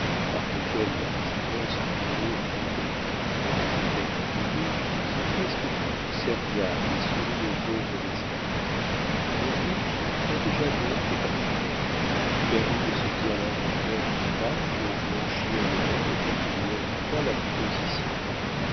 par lequel leurs immenses travaux inconnus devraient être payés sont presque tous serviables et sourient aux pauvres d'esprit vauquelin protégea donc le parfumeur lui permit de se dire l'inventeur d'une pâte pour blanchir les mains et dont il lui indiqua la composition